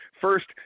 First